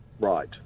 right